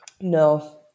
No